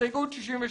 הסתייגות 62: